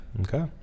Okay